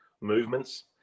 movements